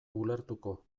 ulertuko